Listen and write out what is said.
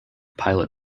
pilot